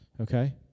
Okay